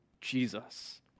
Jesus